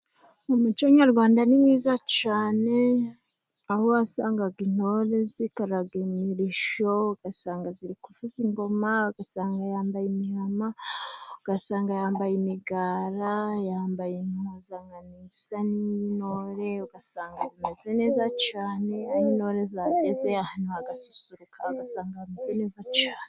Umuco nyarwanda ni mwiza cyane, aho wasangaga intore zikaraga imirishyo, ugasanga ziri kuvuza ingoma, ugasanga yambaye imirama, ugasanga yambaye imigara, yambaye impuzankano isa n'iy'intore, ugasanga neza cyane aho intore zageze ahantu harasusuruka, ugasanga hameze neza cyane.